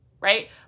right